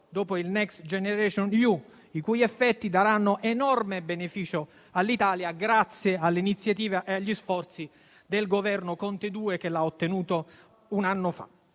dopo il Next generation EU, i cui effetti daranno enorme beneficio all'Italia grazie all'iniziativa e agli sforzi del Governo Conte II, che l'ha ottenuto un anno fa.